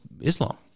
Islam